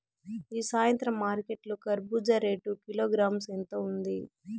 ఈ సాయంత్రం మార్కెట్ లో కర్బూజ రేటు కిలోగ్రామ్స్ ఎంత ఉంది?